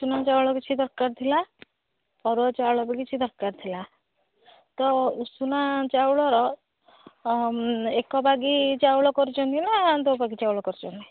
ଉଷୁନା ଚାଉଳ କିଛି ଦରକାର ଥିଲା ଅରୁଆ ଚାଉଳ ବି କିଛି ଦରକାର ଥିଲା ତ ଉଷୁନା ଚାଉଳର ଏକବାଗି ଚାଉଳ କରିଛନ୍ତି ନା ଦୋବାଗି ଚାଉଳ କରିଛନ୍ତି